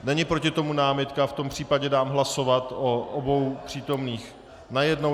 Není proti tomu námitka, v tom případě dám hlasovat o obou přítomných najednou.